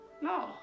No